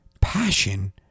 passion